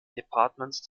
departements